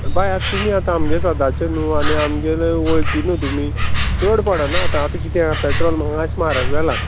बाय आतां तुमी आतां आमगे सदाचें न्हू आनी आमगे वळखी न्हू तुमी चड पडना आतां आतां कितें आसा पेट्रोल मातशें म्हारग जालां